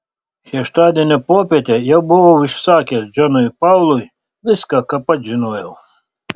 šeštadienio popietę jau buvau išsakęs džonui paului viską ką pats žinojau